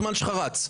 הזמן שלך רץ.